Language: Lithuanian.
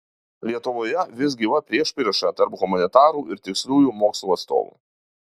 lietuvoje vis gyva priešprieša tarp humanitarų ir tiksliųjų mokslų atstovų